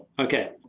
okay,